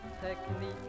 technique